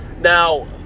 Now